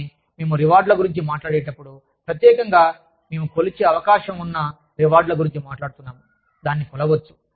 కానీ మేము రివార్డుల గురించి మాట్లాడేటప్పుడు ప్రత్యేకంగా మేము కొలిచే అవకాశమున్న రివార్డుల గురించి మాట్లాడుతున్నాము దానిని కొలవవచ్చు